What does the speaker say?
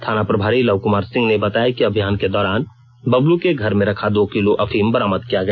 थाना प्रभारी लव कुमार सिंह ने बताया कि अभियान के दौरान बबलू के घर में रखा दो किलो अफीम बरामद किया गया